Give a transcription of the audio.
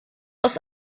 aus